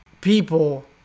people